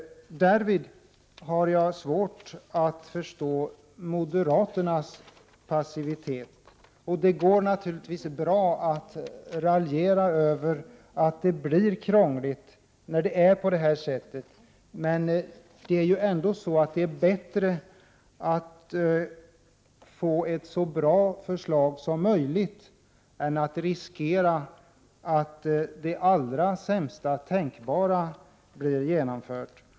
Jag har svårt att förstå moderaternas passivitet därvidlag. Det går naturligtvis bra att raljera över att det blir krångligt på det här sättet, men det är bättre att få ett så bra förslag som möjligt än att riskera att det sämsta tänkbara förslaget genomförs.